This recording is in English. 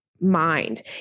mind